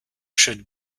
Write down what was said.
should